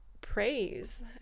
praise